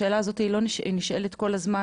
השאלה הזאת נשאלת כל הזמן,